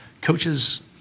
Coaches